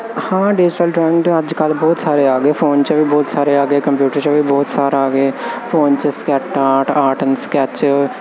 ਹਾਂ ਡਿਜੀਟਲ ਅੱਜਕੱਲ ਬਹੁਤ ਸਾਰੇ ਆ ਗਏ ਫੋਨ ਚ ਵੀ ਬਹੁਤ ਸਾਰੇ ਆ ਗਏ ਕੰਪਿਊਟਰ ਚ ਵੀ ਬਹੁਤ ਸਾਰਾ ਆ ਗਏ ਫੋਨ ਚ ਸਕੈਚ ਨਪਟੋਪ ਕੰਪਿਊਟਰ